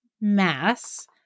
mass